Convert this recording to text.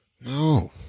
No